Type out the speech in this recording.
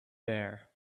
there